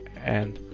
and